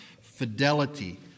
Fidelity